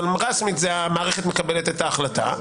אבל רשמית המערכת מקבלת את ההחלטה.